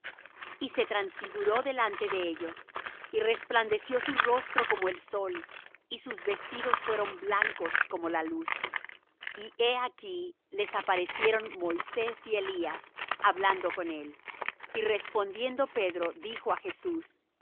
y se transfiguró delante de ellos y resplandeció su rostro como el sol y sus vestidos fueron blancos como la luz y he aquí les aparecieron moisés y elías hablando con él y respondiendo pedro dijo á jesús